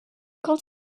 quand